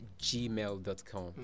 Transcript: gmail.com